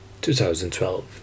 2012